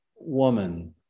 woman